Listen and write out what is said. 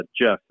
Jeff